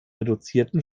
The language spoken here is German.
reduzierten